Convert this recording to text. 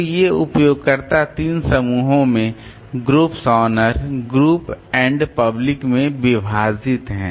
तो ये उपयोगकर्ता तीन समूहों में groups owner group and public में विभाजित हैं